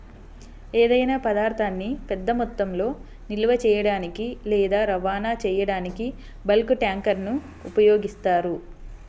ఏదైనా పదార్థాన్ని పెద్ద మొత్తంలో నిల్వ చేయడానికి లేదా రవాణా చేయడానికి బల్క్ ట్యాంక్లను ఉపయోగిస్తారు